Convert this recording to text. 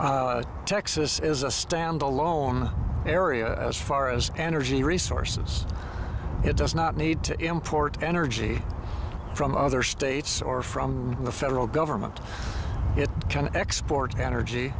texas is a stand alone area as far as energy resources it does not need to import energy from other states or from the federal government it can export energy